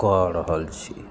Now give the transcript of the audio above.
कऽ रहल छी